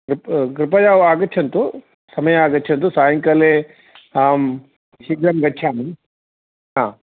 कृप कृपया आगच्छन्तु समये आगच्छन्तु सायंकाले अहं शीघ्रं गच्छामि हा